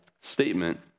statement